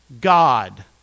God